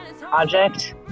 project